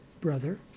brother